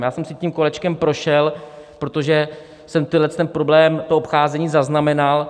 Já jsem si tím kolečkem prošel, protože jsem tenhle problém obcházení zaznamenal.